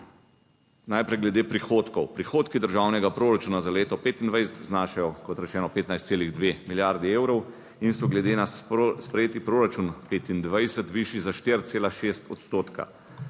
Najprej glede prihodkov. Prihodki državnega proračuna za leto 2025 znašajo, kot rečeno, 15,2 milijardi evrov in so glede na sprejeti proračun 2025 višji za 4,6 odstotka.